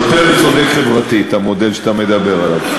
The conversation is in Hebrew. יותר מצודק חברתית המודל שאתה מדבר עליו.